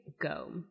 go